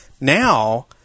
Now